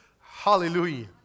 Hallelujah